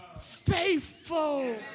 faithful